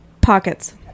pockets